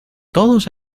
todos